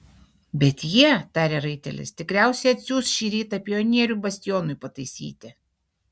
bet jie tarė raitelis tikriausiai atsiųs šį rytą pionierių bastionui pataisyti